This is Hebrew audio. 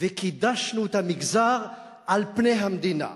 וקידשנו את המגזר על פני המדינה.